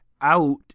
out